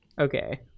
Okay